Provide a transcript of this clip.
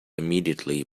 immediately